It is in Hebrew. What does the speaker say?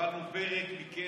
קיבלנו פרק מכם,